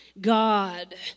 God